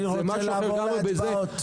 אני רוצה לעבור להצבעה.